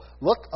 Look